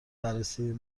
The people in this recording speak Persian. بررسی